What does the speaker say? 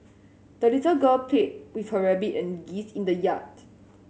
the little girl played with her rabbit and geese in the yard